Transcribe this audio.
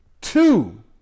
two